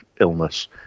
illness